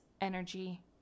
energy